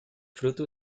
fruto